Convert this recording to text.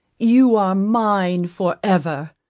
you are mine for ever.